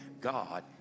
God